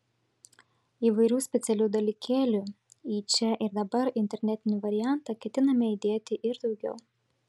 įvairių specialių dalykėlių į čia ir dabar internetinį variantą ketiname įdėti ir daugiau